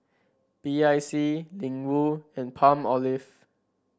B I C Ling Wu and Palmolive